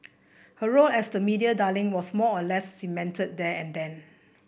her role as the media darling was more or less cemented there and then